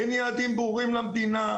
אין יעדים ברורים למדינה.